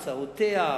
הוצאותיה,